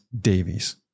Davies